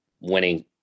winning